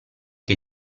che